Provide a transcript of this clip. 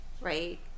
right